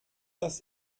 das